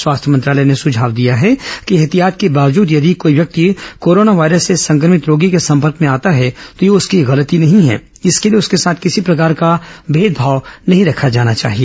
स्वास्थ्य मंत्रालय ने सुझाव दिया है कि एहतियात के बावजूद यदि कोई व्यक्ति कोरोना वायरस से संक्रमित रोगी के संपर्क में आता है तो यह उसकी गलती नहीं है इसलिए उसके साथ किसी प्रकार का भेदभाव नहीं रखा जाना चाहिए